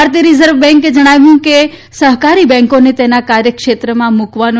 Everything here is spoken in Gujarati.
ભારતીય રીઝર્વ બેન્કે જણાવ્યું કે સહકારી બેન્કોને તેના કાર્યક્ષેત્રમાં મૂકવાનો